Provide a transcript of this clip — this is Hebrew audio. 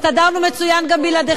הסתדרנו מצוין גם בלעדיכם.